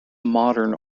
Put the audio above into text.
modern